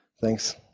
Thanks